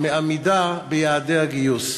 מעמידה ביעדי הגיוס.